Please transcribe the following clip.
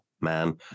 man